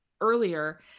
earlier